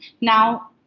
now